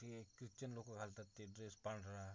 ते क्रिच्चन लोकं घालतात ते ड्रेस पांढरा